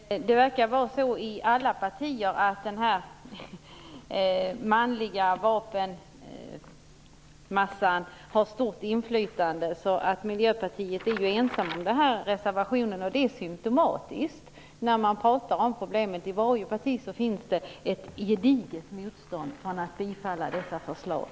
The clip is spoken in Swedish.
Herr talman! Det verkar vara så i alla partier att den manliga vapenförespråkarmassan har stort inflytande. Miljöpartiet är ju ensamt om den här reservationen, och det är symptomatiskt. I varje parti finns det ett gediget motstånd mot att bifalla dessa förslag.